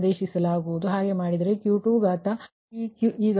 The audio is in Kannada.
ನೀವು ಹಾಗೆ ಮಾಡಿದರೆ Q22 ಲೆಕ್ಕಾಚಾರದ ನಂತರ ಪ್ರತಿ ಯೂನಿಟ್ಗೆ